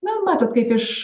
na matote kaip iš